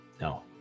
no